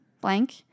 blank